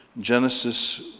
Genesis